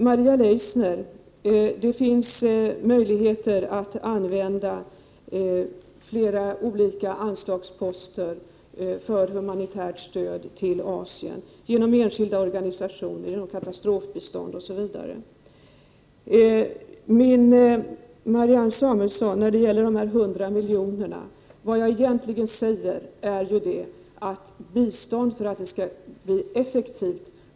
Maria Leissner, det finns möjligheter att använda fler olika anslagsposter för humanitärt stöd till Asien. Det kan ske genom enskilda organisationer, genom katastrofbistånd osv. När det gäller dessa 100 miljoner vill jag säga till Marianne Samuelsson att bistånd måste planeras noga för att bli effektivt.